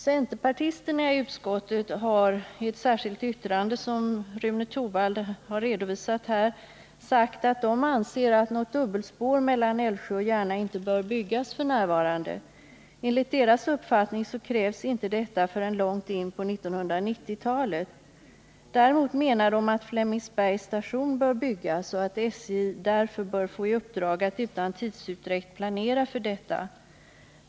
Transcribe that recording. Centerpartisterna i utskottet har i ett särskilt yttrande, som Rune Torwald redovisat, sagt att de anser att något dubbelspår mellan Älvsjö och Järna inte bör byggas f. n. Enligt deras uppfattning krävs inte detta förrän långt in på 1990-talet. Däremot menar de att Flemingsbergs station bör byggas, och att SJ därför bör få i uppdrag att utan tidsutdräkt planera för detta.